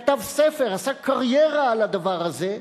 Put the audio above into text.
כתב ספר, עשה קריירה על הדבר הזה,